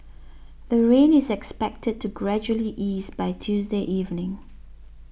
the rain is expected to gradually ease by Tuesday evening